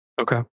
Okay